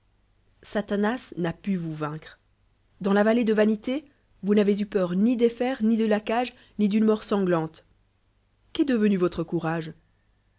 satanas n'a pu vous vaincre dansla ville devanité vousn'avez eu peur ni des fers ni de la cage ni d'une mort sanglante i qu'est devenu votre courage